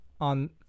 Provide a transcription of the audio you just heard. on